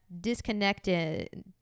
disconnected